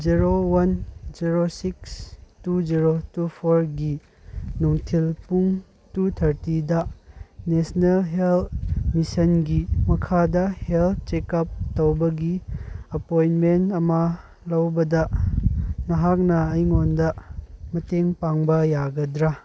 zero one zero six two zero two ꯐꯣꯔꯒꯤ ꯅꯨꯡꯊꯤꯜ ꯄꯨꯡ ꯇꯨ ꯊꯥꯔꯇꯤꯗ ꯅꯦꯁꯅꯦꯜ ꯍꯦꯜ ꯃꯤꯁꯟꯒꯤ ꯃꯈꯥꯗ ꯍꯦꯜ ꯆꯦꯛ ꯑꯞ ꯇꯧꯕꯒꯤ ꯑꯦꯄꯣꯏꯟꯃꯦꯟ ꯑꯃ ꯂꯧꯕꯗ ꯅꯍꯥꯛꯅ ꯑꯩꯉꯣꯟꯗ ꯃꯇꯦꯡ ꯄꯥꯡꯕ ꯌꯥꯒꯗ꯭ꯔꯥ